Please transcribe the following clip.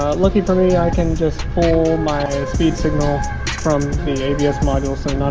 lucky for me i can just pull my speed signal from the abs module so not